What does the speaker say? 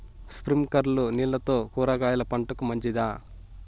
స్ప్రింక్లర్లు నీళ్లతో కూరగాయల పంటకు మంచిదా?